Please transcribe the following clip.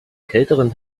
kälteren